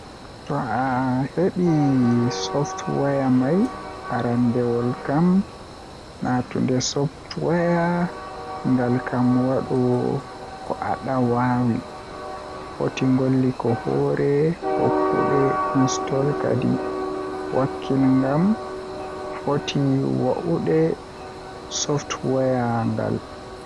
To aheɓi softwaya mai aranndewol kam Naatude software ngal ngam waɗde ko aɗa waawi. Foti ngolli ko hoore, hokkude 'Install' kadi. Wakkil ngal, foti wi'ude software ngal.